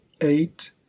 eight